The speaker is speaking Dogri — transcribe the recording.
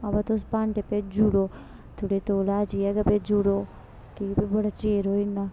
अवा तुस भांडे भेजी उड़ो थोह्ड़ी तौल अज्ज गै जाइयै गै भेजी उड़ो कि के बड़े चिर होई जाना